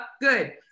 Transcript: good